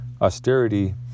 austerity